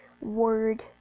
word